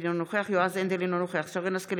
אינו נוכח ינון אזולאי,